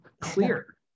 clear